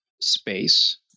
space